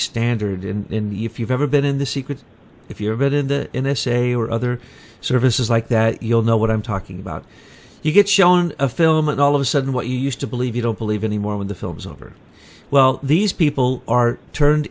standard in if you've ever been in the secret if you're a bit in the n s a or other services like that you'll know what i'm talking about you get shown a film and all of a sudden what you used to believe you don't believe anymore when the film is over well these people are turned